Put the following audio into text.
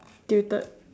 tilted